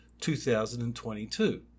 2022